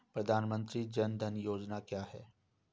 प्रधानमंत्री जन धन योजना क्या है?